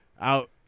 out